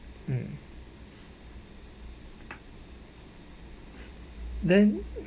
mm then